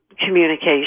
communication